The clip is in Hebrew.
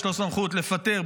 יש לו סמכות לפטר,